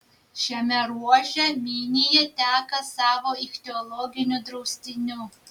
šiame ruože minija teka savo ichtiologiniu draustiniu